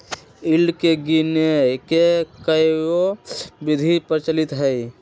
yield के गीनेए के कयहो विधि प्रचलित हइ